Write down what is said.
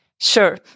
Sure